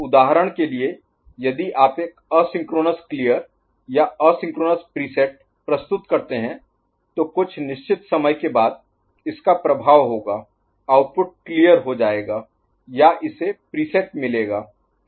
उदाहरण के लिए यदि आप एक असिंक्रोनस क्लियर या असिंक्रोनस प्रीसेट प्रस्तुत करते हैं तो कुछ निश्चित समय के बाद इसका प्रभाव होगा आउटपुट क्लियर हो जाएगा या इसे प्रीसेट मिलेगा